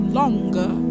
longer